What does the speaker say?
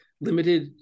limited